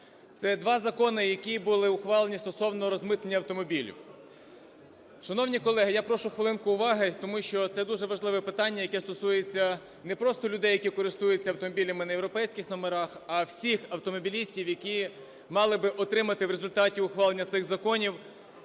Це два закони, які були ухвалені стосовно розмитнення автомобілів. Шановні колеги, я прошу хвилинку уваги, тому що це дуже важливе питання, яке стосується не просто людей, які користуються автомобілями на європейських номерах, а всіх автомобілістів, які мали би отримати, в результаті ухвалення цих законів,